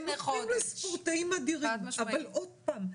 הם הופכים לספורטאים אדירים אבל שוב,